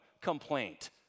complaint